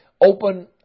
open